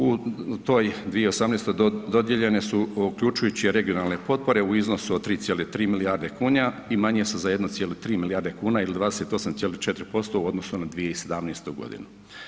U toj 2018. dodijeljene su uključujući i regionalne potpore u iznosu od 3,3 milijarde kuna i manje su za 1,3 milijarde kuna ili 28,4% u odnosu na 2017. godinu.